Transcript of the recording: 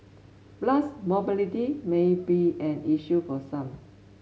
plus mobility may be an issue for some